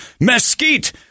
mesquite